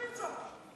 תסתכל מי נמצא.